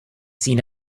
seen